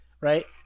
right